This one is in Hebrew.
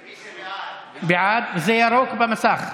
מי שבעד, זה ירוק במסך.